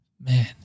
man